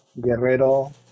Guerrero